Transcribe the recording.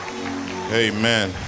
Amen